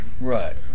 Right